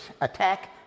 attack